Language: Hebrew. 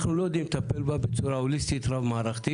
אנחנו לא יודעים לטפל בה בצורה הוליסטית רב מערכתית.